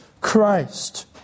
Christ